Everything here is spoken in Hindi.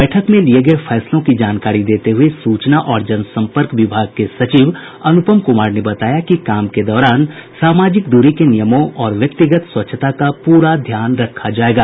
बैठक में लिये गये फैसलों की जानकारी देते हुए सूचना और जनसंपर्क विभाग के सचिव अनुपम कुमार ने बताया कि काम के दौरान सामाजिक दूरी के नियमों और व्यक्तिगत स्वच्छता का पूरा ध्यान रखा जायेगा